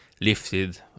lifted